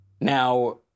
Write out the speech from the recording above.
Now